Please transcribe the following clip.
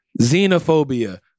xenophobia